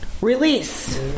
Release